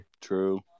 true